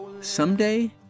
Someday